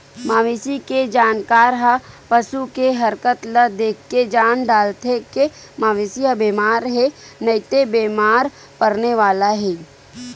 मवेशी के जानकार ह पसू के हरकत ल देखके जान डारथे के मवेशी ह बेमार हे नइते बेमार परने वाला हे